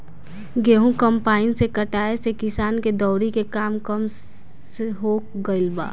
गेंहू कम्पाईन से कटाए से किसान के दौवरी के काम कम हो गईल बा